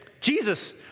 Jesus